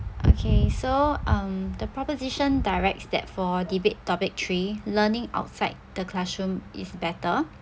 okay so um the proposition directs that for debate topic three learning outside the classroom is better